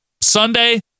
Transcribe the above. sunday